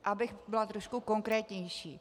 Abych byla trošku konkrétnější.